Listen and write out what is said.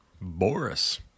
Boris